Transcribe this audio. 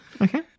Okay